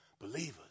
believers